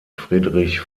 friedrich